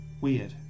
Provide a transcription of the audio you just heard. Weird